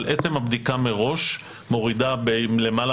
אבל עצם הבדיקה מראש מורידה בלמעלה